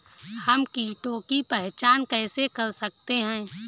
हम कीटों की पहचान कैसे कर सकते हैं?